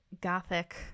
gothic